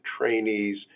trainees